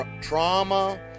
trauma